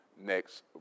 next